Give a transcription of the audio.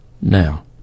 now